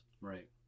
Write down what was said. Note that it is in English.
Right